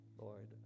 Lord